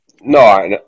no